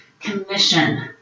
commission